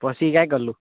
પસી જાય ગલ્લુ